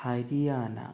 Haryana